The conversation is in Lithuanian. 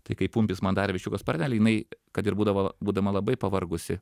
tai kai pumpis man darė viščiuko sparnelį jinai kad ir būdavo būdama labai pavargusi